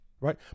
right